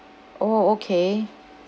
orh okay